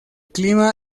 clima